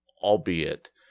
albeit